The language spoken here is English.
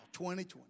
2020